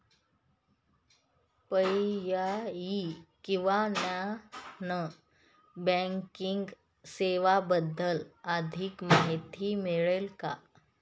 पर्यायी किंवा non banking सेवांबद्दल अधिक माहिती मिळेल का?